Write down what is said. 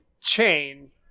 chain